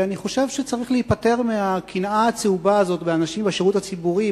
אני חושב שצריך להיפטר מהקנאה הצהובה הזאת באנשים בשירות הציבורי,